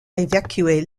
évacuer